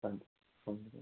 اَدٕ السلامُ علیکُم